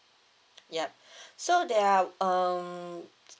ya so there are um